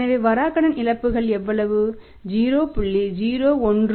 எனவே வராக்கடன் இழப்புகள் எவ்வளவு 0